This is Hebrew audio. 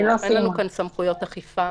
אין לנו כאן סמכויות אכיפה,